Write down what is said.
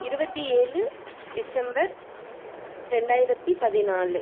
இருபத்தி ஏழு டிசம்பர் ரெண்டாயிரத்தி பதினாலு